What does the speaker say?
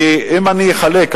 כי אם אני אחלק,